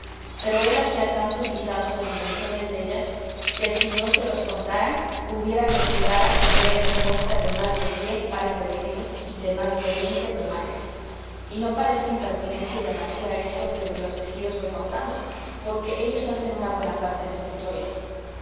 pero él hacía tantos guisados e invenciones dellas que si no se los contaran hubiera quien jurara que había hecho muestra de más de diez pares de vestidos y de más de veinte plumajes y no parezca impertinencia y demasía esto que de los vestidos voy contando porque ellos hacen una buena parte en esta historia